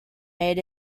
made